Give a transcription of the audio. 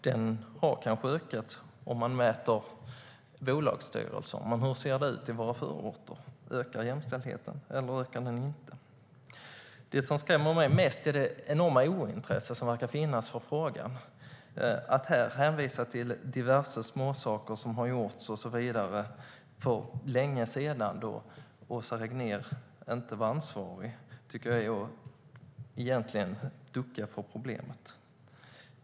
Den har kanske ökat om man mäter i bolagsstyrelser. Men hur ser det ut i våra förorter? Ökar jämställdheten där eller inte? Det som skrämmer mig mest är det enorma ointresse som verkar finnas för frågan. Att här hänvisa till diverse småsaker som har gjorts för länge sedan då Åsa Regnér inte var ansvarig tycker jag egentligen är att ducka för problemet.